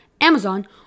Amazon